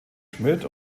schmidt